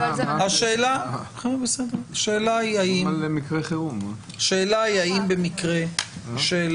השאלה היא האם במקרה של